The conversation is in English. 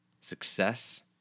success